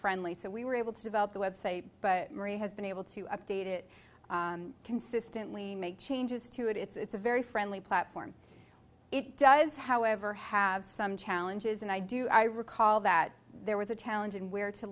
friendly so we were able to develop the website but marie has been able to update it consistently make changes to it it's a very friendly platform it does however have some challenges and i do i recall that there was a challenge in where to